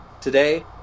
today